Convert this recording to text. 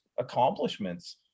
accomplishments